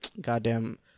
goddamn